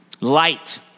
Light